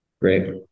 Great